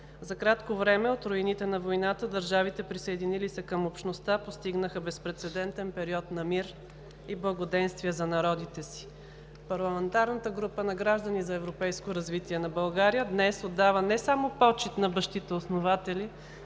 За кратко време от руините на войната държавите, присъединили се към Общността, постигнаха безпрецедентен период на мир и благоденствие за народите си. Парламентарната група на „Граждани за европейско развитие на България“ днес отдава не само почит на бащите основатели,